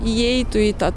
įeitų į tą